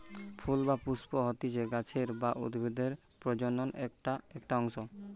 ফুল বা পুস্প হতিছে গাছের বা উদ্ভিদের প্রজনন একটো অংশ